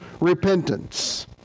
repentance